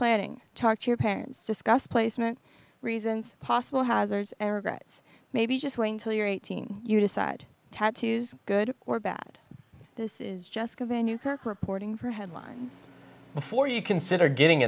planning talk to your parents discuss placement reasons possible hazards arrogance maybe just wait until you're eighteen you decide tattoos good or bad this is just give a new reporting for headlines before you consider getting